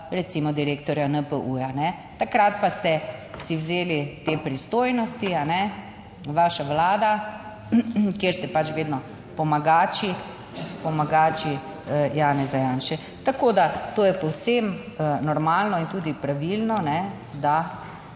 recimo direktorja NPU, takrat pa ste si vzeli te pristojnosti, vaša Vlada, kjer ste pač vedno pomagači, pomagači Janeza Janše. Tako da to je povsem normalno in tudi pravilno, da